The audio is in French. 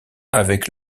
avec